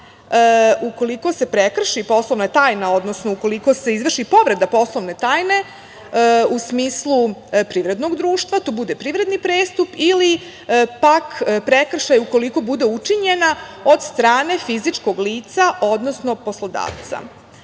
ukoliko se prekrši poslovna tajna, odnosno ukoliko se izvrši povreda poslovne tajne, u smislu privrednog društva, to bude privredni prestup ili pak prekršaj ukoliko bude učinjen od strane fizičkog lica, odnosno poslodavca. Poslovna